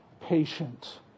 patient